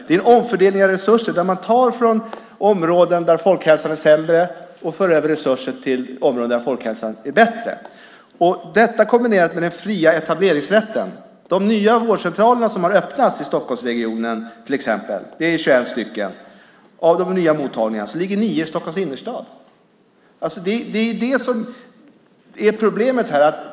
Det är en omfördelning av resurser där man tar från områden där folkhälsan är sämre och för över resurser till områden där folkhälsan är bättre. Detta kombineras med den fria etableringsrätten. De nya vårdcentralerna som har öppnats i Stockholmsregionen är 21 stycken. Av de nya mottagningarna ligger 9 i Stockholms innerstad. Det är det som är problemet.